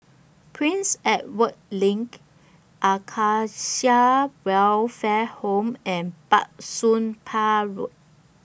Prince Edward LINK Acacia Welfare Home and Bah Soon Pah Road